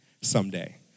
someday